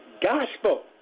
gospel